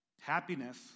Happiness